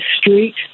street